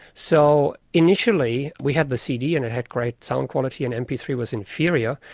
so initially we had the cd and it had great sound quality and m p three was inferior,